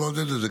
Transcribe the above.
יש לעודד את זה.